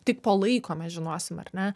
tik po laiko mes žinosim ar ne